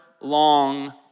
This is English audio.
long